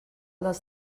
dels